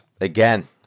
again